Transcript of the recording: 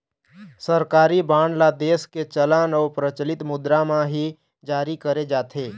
सरकारी बांड ल देश के चलन अउ परचलित मुद्रा म ही जारी करे जाथे